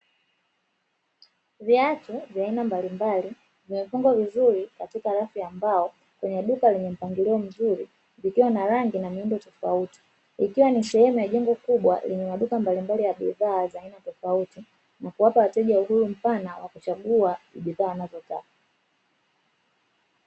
Viatu vya aina mbalimbali vimepangwa vizuri kwenye rafu ya mbao kwenye duka lenye mpangilio mzuri likiwa na rangi na mihndo tofauti. Ikiwa ni sehemu ya jengo kubwa lenye maduka mbalimbali ya bidhaa za aina tofauti na kuwapa wateja uhuru mpana wa kuchagua bidhaa wanazotaka.